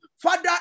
Father